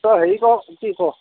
তই হেৰি কৰ কি ক